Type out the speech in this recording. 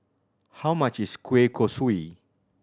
how much is kueh kosui